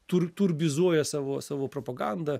tur turbizuoja savo savo propaganda